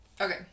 Okay